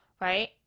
right